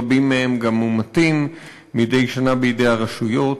רבים מהם גם מומתים מדי שנה בידי הרשויות.